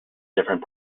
different